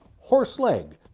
horse leg,